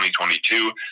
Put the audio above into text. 2022